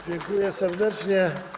Dziękuję serdecznie.